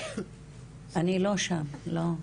אני לא שם, לא.